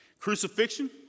Crucifixion